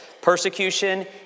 Persecution